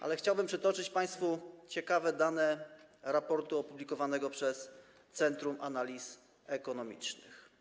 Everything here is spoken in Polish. Ale chciałbym przytoczyć państwu ciekawe dane z raportu opublikowanego przez Centrum Analiz Ekonomicznych.